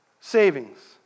Savings